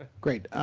ah great.